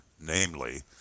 namely